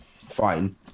fine